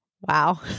Wow